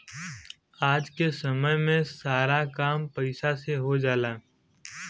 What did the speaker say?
आज क समय में सारा काम पईसा से हो जाला